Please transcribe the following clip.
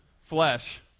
flesh